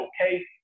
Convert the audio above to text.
okay